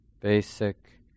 basic